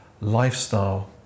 lifestyle